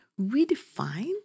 redefine